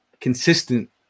consistent